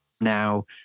now